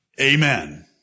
Amen